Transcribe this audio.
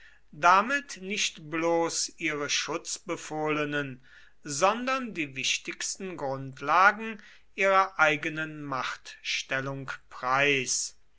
damit nicht bloß ihre schutzbefohlenen sondern die wichtigsten grundlagen ihrer eigenen machtstellung preis